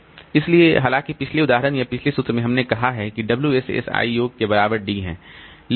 इसलिए हालांकि पिछले उदाहरण या पिछले सूत्र में हमने कहा है कि WSSi योग के बराबर D है